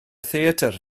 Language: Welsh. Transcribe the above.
theatr